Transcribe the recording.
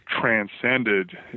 transcended